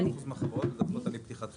80% מהחברות מדווחות על אי פתיחת חשבון.